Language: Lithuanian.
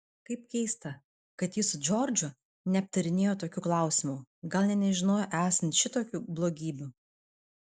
kaip keista kad ji su džordžu neaptarinėjo tokių klausimų gal nė nežinojo esant šitokių blogybių